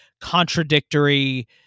contradictory